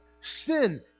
sin